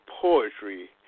poetry